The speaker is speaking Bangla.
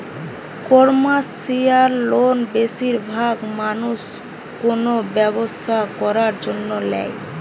কমার্শিয়াল লোন বেশিরভাগ মানুষ কোনো ব্যবসা করার জন্য ল্যায়